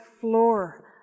floor